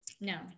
No